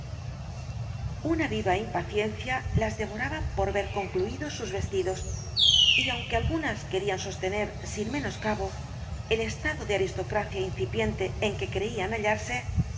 una viva impaciencia las devoraba por ver concluídos sus vestidos y aunque algunas querían sostener sin menoscabo el estado de aristocracia incipiente en que creían hallarse